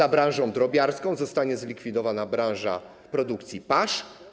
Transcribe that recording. Po branży drobiarskiej zostanie zlikwidowana branża produkcji pasz.